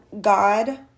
God